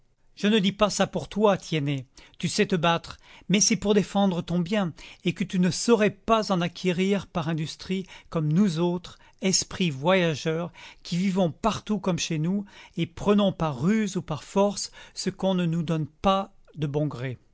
je ne dis pas ça pour toi tiennet tu sais te battre mais c'est pour défendre ton bien et tu ne saurais pas en acquérir par industrie comme nous autres esprits voyageurs qui vivons partout comme chez nous et prenons par ruse ou par force ce qu'on ne nous donne pas de bon gré